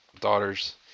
daughters